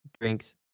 drinks